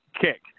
kick